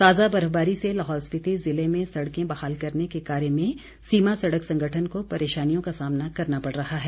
ताज़ा बर्फबारी से लाहौल स्पीति ज़िले में सड़कें बहाल करने के कार्य में सीमा सड़क संगठन को परेशानियों का सामना करना पड़ रहा है